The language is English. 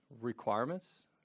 requirements